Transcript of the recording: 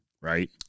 right